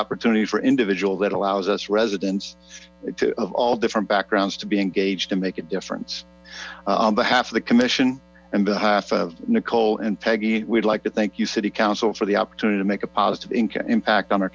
opportunity for individual that allows us residents of all different backgrounds to be engaged and make a difference on behalf of the commission on behalf of nicole and peggy we'd like to thank you city council for the opportunity to make a positive income impact on our